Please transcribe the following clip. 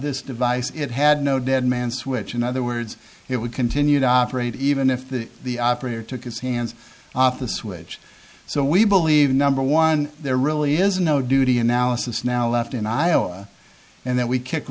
this device it had no dead man switch in other words it would continue to operate even if the the operator took his hands off the switch so we believe number one there really is no duty analysis now left in iowa and that we kick